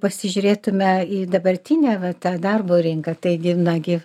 pasižiūrėtume į dabartinę va tą darbo rinką taigi nagi